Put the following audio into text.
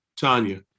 Tanya